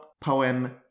poem